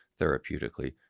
therapeutically